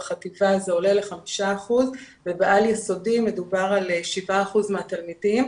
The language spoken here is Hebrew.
בחטיבה זה עולה ל-5% ובעל יסודי מדובר על 7% מהתלמידים.